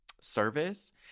service